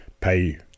pay